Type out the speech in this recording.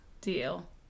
deal